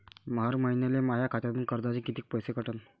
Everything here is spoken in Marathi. हर महिन्याले माह्या खात्यातून कर्जाचे कितीक पैसे कटन?